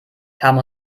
kam